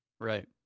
Right